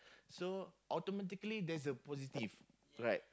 so automatically there's the positive right